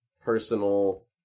personal